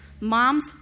Moms